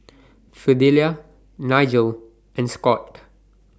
Fidelia Nigel and Scott